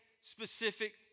specific